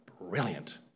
Brilliant